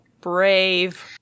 Brave